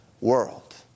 World